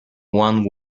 one